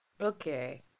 Okay